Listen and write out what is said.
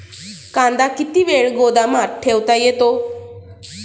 कांदा किती वेळ गोदामात ठेवता येतो?